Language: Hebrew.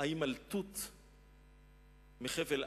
ההימלטות מחבל-עזה,